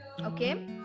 Okay